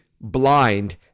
blind